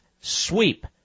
sweep